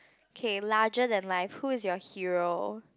K larger than life who is your hero